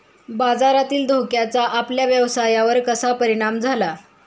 बाजारातील धोक्याचा आपल्या व्यवसायावर कसा परिणाम झाला?